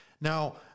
Now